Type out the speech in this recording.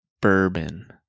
bourbon